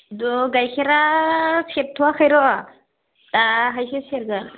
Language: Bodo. गाइखेरा सेरथ'वाखैर' दाहायसो सेरगोन